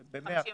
ב-100%,